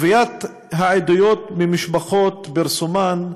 גביית העדויות ממשפחות, פרסומן,